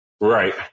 Right